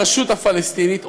הרשות הפלסטינית,